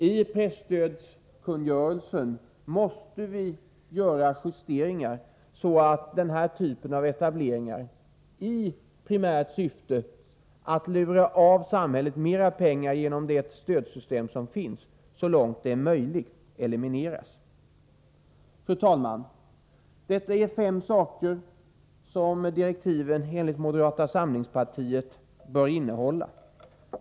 I presstödskungörelsen måste vi göra justering ar så att den här typen av etableringar — i primärt syfte att lura av samhället mer pengar genom det stödsystem som finns — så långt möjligt elimineras. Fru talman! Detta är fem saker som direktiven enligt moderata samlingspartiet bör innehålla.